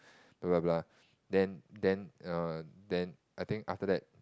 blah blah blah then then err then I think after that